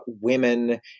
women